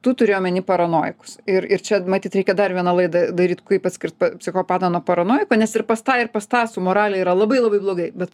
tu turi omeny paranojikus ir ir čia matyt reikia dar vieną laidą daryt kaip atskirt psichopatą nuo paranojiko nes ir pas tą ir pas tą su morale yra labai labai blogai bet